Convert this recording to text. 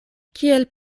kiel